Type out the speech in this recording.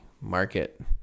market